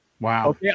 Wow